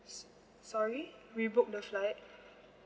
s~ sorry we book the flight